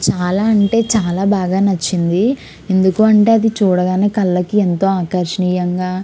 చాలా అంటే చాలా బాగా నచ్చింది ఎందుకు అంటే అది చూడగానే కళ్ళకి ఎంతో ఆకర్షణీయంగా